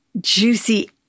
juicy